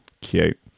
Cute